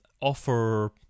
offer